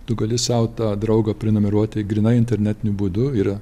tu gali sau tą draugą prenumeruoti grynai internetiniu būdu yra